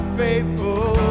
faithful